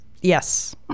Yes